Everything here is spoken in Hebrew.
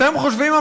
אתם חושבים,